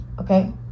okay